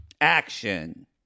Action